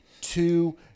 Two